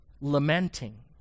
lamenting